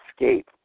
escape